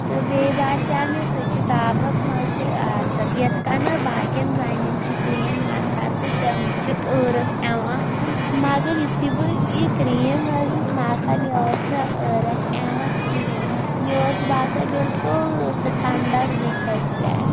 تہٕ بیٚیہِ باسیٛو مےٚ سُہ چھِ تاپَس منٛز تہِ اَصٕل یِتھ کَنَتھ باقٕیَن زَنٮ۪ن چھِ کرٛیٖم مَتھان تہٕ تِم چھِ ٲرَکھ یِوان مگر یُتھُے بہٕ یہِ کرٛیٖم ٲسٕس مَتھان مےٚ اوس نہٕ ٲرَکھ یِوان کِہیٖنۍ مےٚ اوس باسان بالکل سُہ ٹھَنڈَک بٕتھِس پٮ۪ٹھ